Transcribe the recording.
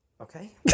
Okay